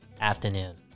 afternoon